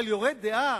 אבל "יורה דעה",